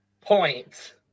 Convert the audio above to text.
Point